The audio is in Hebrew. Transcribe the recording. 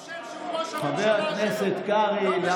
לא משנה אם תקרא לו חבר הכנסת נתניהו,